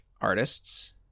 artists